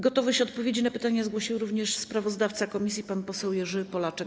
Gotowość odpowiedzi na pytania zgłosił również sprawozdawca komisji pan poseł Jerzy Polaczek.